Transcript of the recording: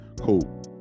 Cool